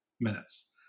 minutes